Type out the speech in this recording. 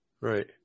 Right